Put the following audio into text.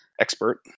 expert